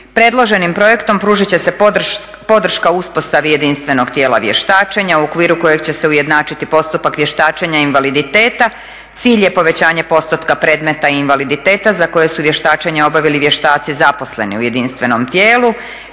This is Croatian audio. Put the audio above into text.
Predloženim projektom pružit će se podrška uspostavi jedinstvenog tijela vještačenja u okviru kojeg će se ujednačiti postupak vještačenja invaliditeta, cilj je povećanje postotka predmeta i invaliditeta za koje su vještačenja obavili vještaci zaposleni u jedinstvenom tijelu,